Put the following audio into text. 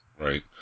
Right